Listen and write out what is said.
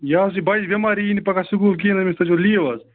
یہِ اوس یہِ بَچہٕ بٮ۪مار یہِ یِیہِ نہٕ پَگاہ سکوٗل کِہیٖنٛۍ أمِس تھٲوِزیٚو لیٖو حظ